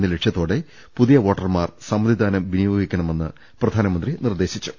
എന്ന ലക്ഷ്യ ത്തോടെ പുതിയ വോട്ടർമാർ സമ്മതിദാനം വിനിയോഗിക്കണമെന്ന് പ്രധാനമന്ത്രി നിർദേശിച്ചു